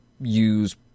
use